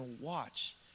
watch